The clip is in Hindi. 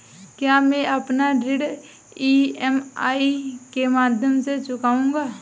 क्या मैं अपना ऋण ई.एम.आई के माध्यम से चुकाऊंगा?